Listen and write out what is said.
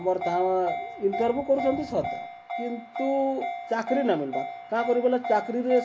ଆମର୍ ତାହା ଇଣ୍ଟର୍ଭିଉ କରୁଛନ୍ତି ସତ କିନ୍ତୁ ଚାକ୍ରୀ ନାଇ ମିଲ୍ବାର୍ କାଁ କରି ବେଲେ ଚାକ୍ରୀରେ